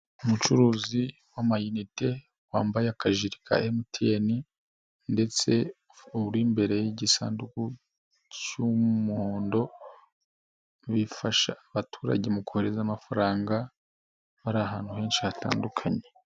Umucuruzi w' amayinite wambaye akajire ka emutiyeni ndetse uri imbere y'igisanduku cy'umuhondo, bifasha abaturage mu kohereza amafaranga bari ahantu henshi hatandukanye.